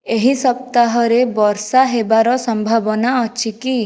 ଏହି ସପ୍ତାହରେ ବର୍ଷା ହେବାର ସମ୍ଭାବନା ଅଛି କି